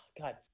God